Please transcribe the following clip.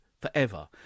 forever